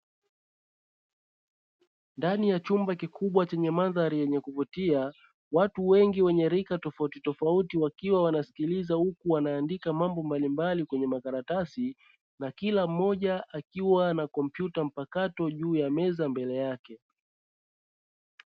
Ndani ya chumba kikubwa chenye mandhari yenye kuvutia watu wengi wenye rika tofautitofauti wakiwa wanasikiliza huku wanaandika mambo mbalimbali kwenye makaratasi, na kila mmoja akiwa na kompyuta mpakato juu ya meza mbele yake.